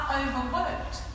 overworked